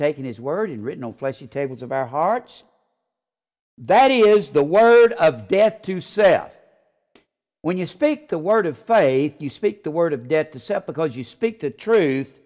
taken his word and written fleshly tables of our hearts that is the word of death to sell when you speak the word of faith you speak the word of dead to set because you speak the truth